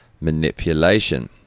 manipulation